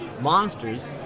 monsters